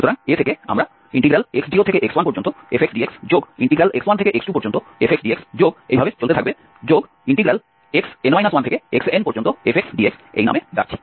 সুতরাং a থেকে আমরা x0x1fxdxx1x2fxdxxn 1xnfxdx এই নামে ডাকছি